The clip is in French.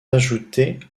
ajoutées